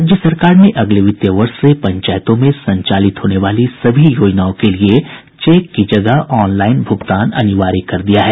राज्य सरकार ने अगले वित्तीय वर्ष से पंचायतों में संचालित होने वाली सभी योजनाओं के लिए चेक की जगह ऑनलाईन भूगतान अनिवार्य कर दिया है